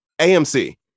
AMC